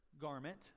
garment